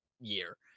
year